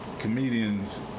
comedians